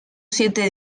siete